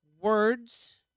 words